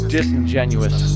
disingenuous